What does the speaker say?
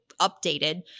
updated